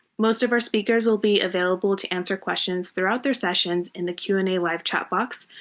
most of our speakers will be available to answer questions throughout their sessions in the q and a live chat box.